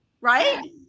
right